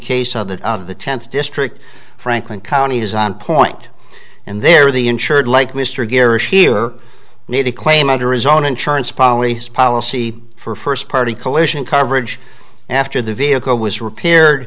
case of that of the tenth district franklin county is on point and there the insured like mr garrett need to claim under his own insurance policy his policy for first party collision coverage after the vehicle was repaired